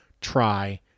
try